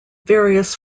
various